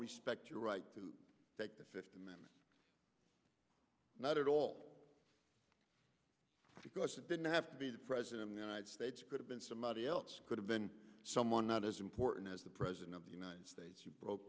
respect your right to take the fifth amendment not at all because it didn't have to be the president of the united states could have been somebody else could have been someone not as important as the president of the united states you broke